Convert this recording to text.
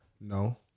No